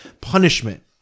punishment